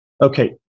Okay